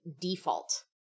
default